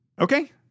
Okay